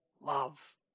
love